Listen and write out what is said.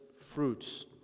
fruits